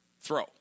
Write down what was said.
throw